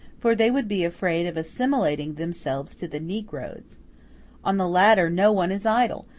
for they would be afraid of assimilating themselves to the negroes on the latter no one is idle,